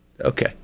Okay